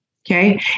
Okay